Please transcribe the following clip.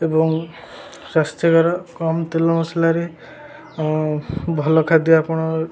ଏବଂ ସ୍ୱାସ୍ଥ୍ୟକର କମ ତେଲ ମସଲାରେ ଭଲ ଖାଦ୍ୟ ଆପଣ